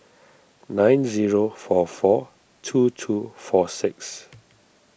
nine zero four four two two four six